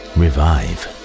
revive